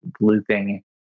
looping